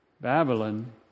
Babylon